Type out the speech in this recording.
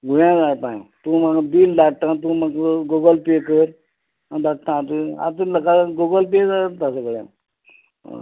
गुण्यार पाय तूं म्हाका बील धाडटा तूं म्हाका गुगल पे कर हांव धाडटा आज आजून म्हाका गुगल पे करता सगळें जाण